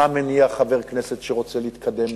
מה מניע חבר כנסת שרוצה להתקדם?